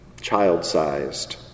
child-sized